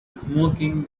smoking